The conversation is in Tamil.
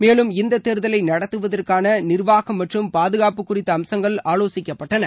மேலும் இந்த தேர்தலை நடத்துவதற்கான நிர்வாகம் மற்றும் பாதுகாப்பு குறித்த அம்சங்கள் ஆவோசிக்கப்பட்டன